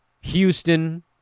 Houston